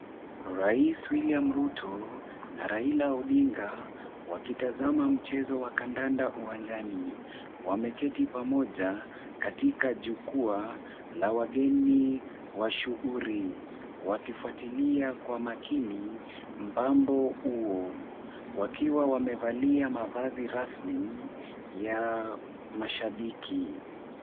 Rais William Ruto na Raila Odinga wakitazama mchezo wa kandanda uwanjani, wameketi pamoja katika jukwaa la wageni mashuhuri, wakifuatilia kwa makini mpambo huo, wakiwa wamevalia mavazi rasmi ya mashabiki.